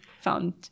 found